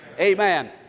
Amen